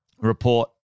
report